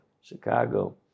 Chicago